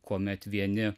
kuomet vieni